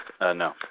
no